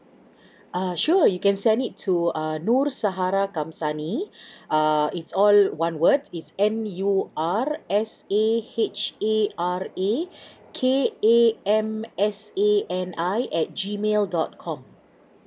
err sure you can send it to err nur sahara kamsani err it's all one word it's N U R S A H A R A K A M S A N I at G mail dot com